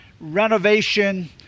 renovation